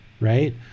right